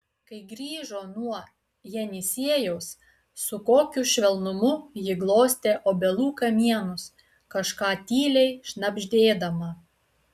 kai grįžo nuo jenisejaus su kokiu švelnumu ji glostė obelų kamienus kažką tyliai šnabždėdama